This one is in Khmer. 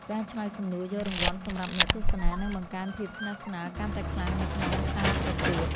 ការឆ្លើយសំណួរយករង្វាន់សម្រាប់អ្នកទស្សនានឹងបង្កើនភាពស្និទ្ធស្នាលកាន់តែខ្លាំងនៅក្នុងសាលប្រកួត។